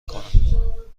کنم